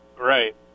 Right